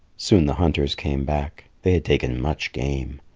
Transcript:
soon the hunters came back. they had taken much game.